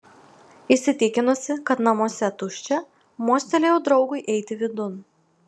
įsitikinusi kad namuose tuščia mostelėjau draugui eiti vidun